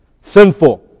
Sinful